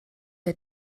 der